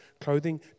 clothing